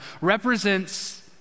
represents